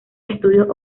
estudios